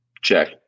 Check